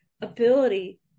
ability